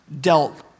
dealt